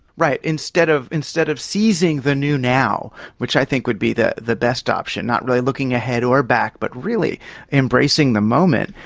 right, instead of instead of seizing the new now, which i think would be the the best option, not really looking ahead or back but really embracing the moment,